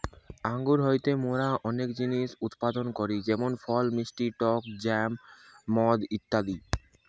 আঙ্গুর হইতে মোরা অনেক জিনিস উৎপাদন করি যেমন ফল, মিষ্টি টক জ্যাম, মদ ইত্যাদি